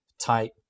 type